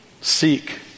seek